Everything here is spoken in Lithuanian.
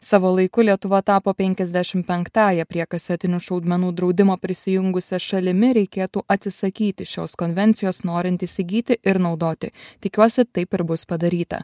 savo laiku lietuva tapo penkiasdešim penktąja prie kasetinių šaudmenų draudimo prisijungusia šalimi reikėtų atsisakyti šios konvencijos norint įsigyti ir naudoti tikiuosi taip ir bus padaryta